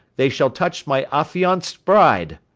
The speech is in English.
they shall touch my affianced bride.